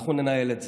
אנחנו ננהל את זה.